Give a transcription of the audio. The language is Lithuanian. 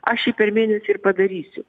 aš jį per mėnesį ir padarysiu